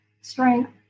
strength